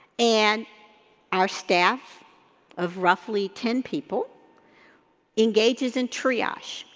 and our staff of roughly ten people engages in triage.